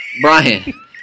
Brian